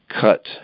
cut